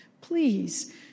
Please